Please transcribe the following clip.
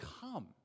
come